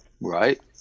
right